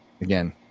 again